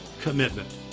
commitment